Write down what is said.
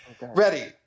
ready